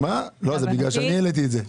לא, זה בגלל שאני העליתי את זה פה.